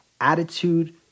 attitude